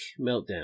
meltdown